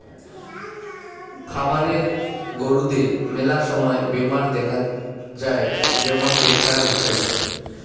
খামারের গরুদের মেলা সময় বেমার দেখাত যাই যেমন পেটখারাপ ইত্যাদি